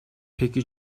peki